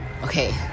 Okay